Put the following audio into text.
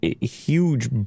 huge